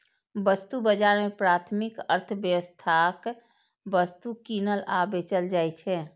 वस्तु बाजार मे प्राथमिक अर्थव्यवस्थाक वस्तु कीनल आ बेचल जाइ छै